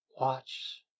Watch